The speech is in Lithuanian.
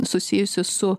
susijusi su